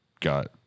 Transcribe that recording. got